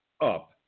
up